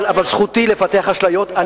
אבל זכותי לפתח אשליות.